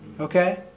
Okay